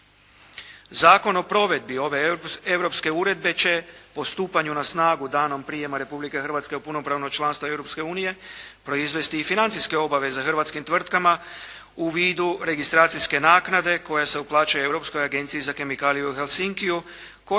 Zakon o provedbi ove europske uredbe će po stupanju na snagu danom prijema Republike Hrvatske u punopravno članstvo Europske unije proizvesti i financijske obveze hrvatskim tvrtkama u vidu registracijske naknade koja se uplaćuje Europskoj agenciji za kemikalije u Helsinkiju